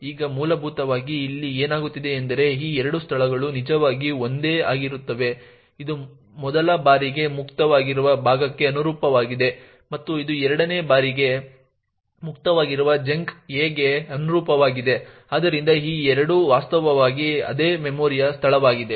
ಈಗ ಮೂಲಭೂತವಾಗಿ ಇಲ್ಲಿ ಏನಾಗುತ್ತಿದೆ ಎಂದರೆ ಈ ಎರಡು ಸ್ಥಳಗಳು ನಿಜವಾಗಿ ಒಂದೇ ಆಗಿರುತ್ತವೆ ಇದು ಮೊದಲ ಬಾರಿಗೆ ಮುಕ್ತವಾಗಿರುವ ಭಾಗಕ್ಕೆ ಅನುರೂಪವಾಗಿದೆ ಮತ್ತು ಇದು ಎರಡನೇ ಬಾರಿಗೆ ಮುಕ್ತವಾಗಿರುವ ಚಂಕ್ a ಗೆ ಅನುರೂಪವಾಗಿದೆ ಆದ್ದರಿಂದ ಈ ಎರಡು ವಾಸ್ತವವಾಗಿ ಅದೇ ಮೆಮೊರಿ ಸ್ಥಳವಾಗಿದೆ